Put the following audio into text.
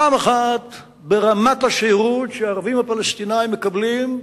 פעם אחת ברמת השירות שהערבים הפלסטינים מקבלים,